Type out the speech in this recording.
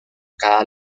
cada